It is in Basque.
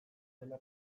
dela